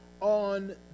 on